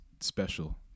special